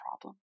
problem